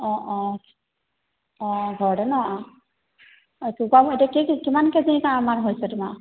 অঁ অঁ অঁ ঘৰতে নহ্ অঁ কুকুৰাবোৰ এতিয়া কি কিমান কেজিৰ কাৰমান হৈছে তোমাৰ